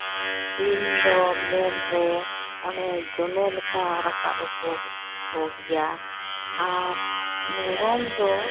ᱥᱤᱢ ᱫᱚ ᱢᱮᱱ ᱨᱮ ᱚᱱᱮ ᱡᱚᱱᱮ ᱞᱮᱠᱟ ᱨᱟᱠᱟᱵ ᱟᱠᱚ ᱜᱮᱭᱟ ᱟᱨ ᱢᱮᱨᱚᱢ ᱫᱚ